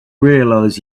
realise